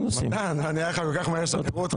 נראה לך כל כך מהר ישחררו אותך?